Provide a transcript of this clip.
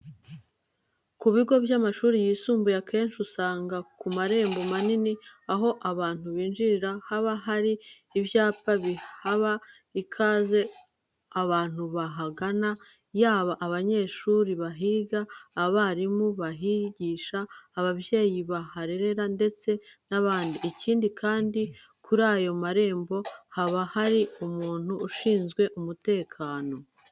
Ku bigo by'amashuri yisumbuye akenshi usanga ku marembo manini, aho abantu binjirira haba hari ibyapa biha ikaze abantu bahagana yaba abanyeshuri bahiga, abarimu bahigisha, ababyeyi baharerera ndetse n'abandi. Ikindi kandi, kuri aya marembo haba hari umuntu ushinzwe umutekano.